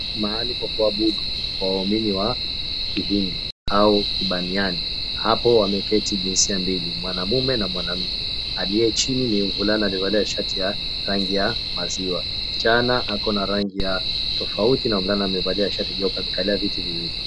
Mali pa kuabudu kwa waumini wa kihindi au kibaniani hapo wameketi jinsia mbili mwanaume na mwanamke, aliyechini ni mvulana amevalia shati ya rangi ya maziwa ,msichana ako na rangi ya tofauti na mvulana amevalia shati jeupe amekalia viti viwili.